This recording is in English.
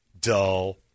Dull